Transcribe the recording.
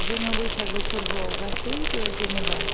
जोङो बैसागो फोरबोआव गासैबो जेनेबा